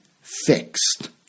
fixed